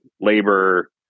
labor